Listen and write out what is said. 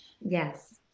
Yes